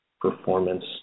performance